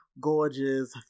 Gorgeous